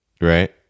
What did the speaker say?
Right